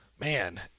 Man